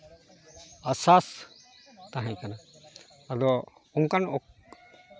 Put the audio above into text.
ᱟᱥᱥᱟᱥ ᱛᱟᱦᱮᱸᱠᱟᱱᱟ ᱟᱫᱚ ᱚᱱᱠᱟᱱ ᱚᱠᱛᱚ